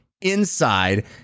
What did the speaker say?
inside